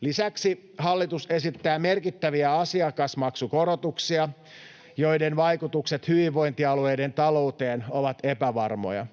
Lisäksi hallitus esittää merkittäviä asiakasmaksukorotuksia, joiden vaikutukset hyvinvointialueiden talouteen ovat epävarmoja.